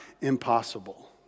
impossible